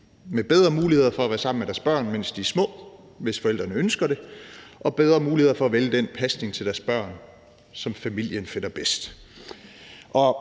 med bedre muligheder for at være sammen med deres børn, mens de er små, hvis forældrene ønsker det, og bedre muligheder for at vælge den pasning til deres børn, som familien finder bedst.